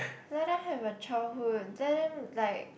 let them have a childhood let them like